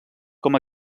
com